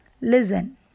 listen